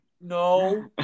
No